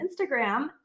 Instagram